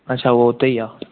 अच्छा उहो उते ई आहे